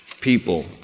people